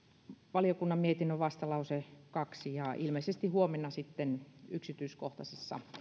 valiokunnan mietinnön vastalause kaksi ja ilmeisesti huomenna yksityiskohtaisessa